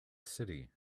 city